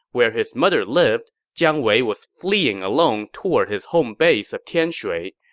where his mother lived, jiang wei was fleeing alone toward his home base of tianshui.